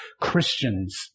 Christians